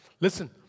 listen